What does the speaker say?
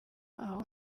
aho